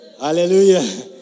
Hallelujah